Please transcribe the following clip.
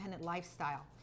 lifestyle